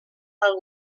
pel